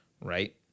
Right